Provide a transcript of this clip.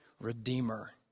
Redeemer